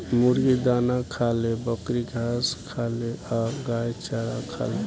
मुर्गी दाना खाले, बकरी घास खाले आ गाय चारा खाले